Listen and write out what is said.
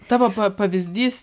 tavo pavyzdys